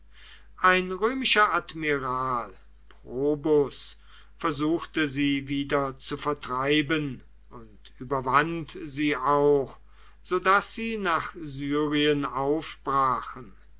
ein römischer admiral probus versuchte sie wieder zu vertreiben und überwand sie auch so daß sie nach syrien aufbrachen